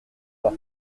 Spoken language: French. pas